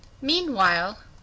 Meanwhile